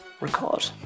record